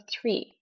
three